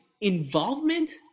involvement